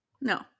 No